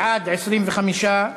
בעד, 25,